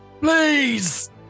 please